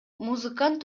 музыкант